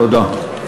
תודה.